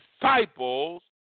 disciples